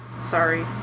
Sorry